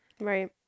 Right